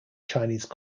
chinese